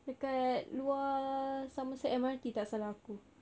the guy was somerset M_R_T